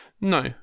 No